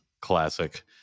Classic